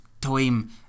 time